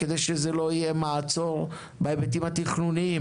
כדי שזה לא יהיה מעצור בהיבטים התכנוניים.